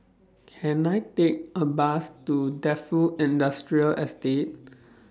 Can I Take A Bus to Defu Industrial Estate